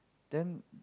then